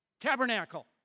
Tabernacle